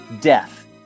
death